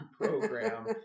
program